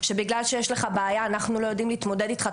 שבגלל שיש לך בעיה אנחנו לא יודעים להתמודד איתך,